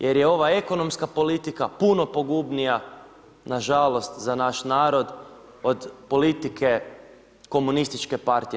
Jer je ova ekonomska politika puno pogubnija na žalost za naš narod od politike Komunističke partije.